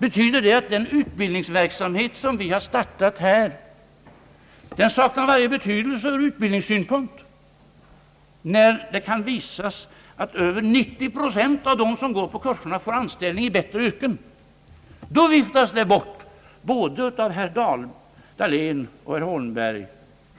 Menar ni att den utbildningsverksamhet, som vi här har startat, saknar varje betydelse ur utbildningssynpunkt? Faktum är att över 90 procent av kursdeltagarna får anställning i bättre yrken, men det viftas bort både av herr Dahlén och av herr Holmberg